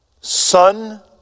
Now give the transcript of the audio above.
Son